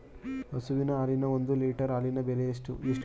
ಹಸುವಿನ ಹಾಲಿನ ಒಂದು ಲೀಟರ್ ಹಾಲಿನ ಬೆಲೆ ಎಷ್ಟು?